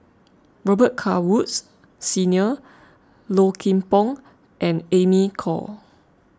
Robet Carr Woods Senior Low Kim Pong and Amy Khor